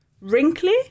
wrinkly